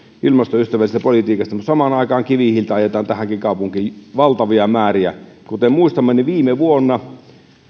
ilmastoystävällisestä politiikasta mutta samaan aikaan kivihiiltä ajetaan tähänkin kaupunkiin valtavia määriä kuten muistamme viime vuonna